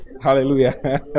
Hallelujah